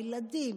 הילדים,